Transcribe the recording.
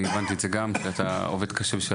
אני הבנתי את זה גם שאתה עובד קשה בשביל